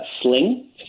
sling